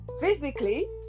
physically